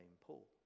Paul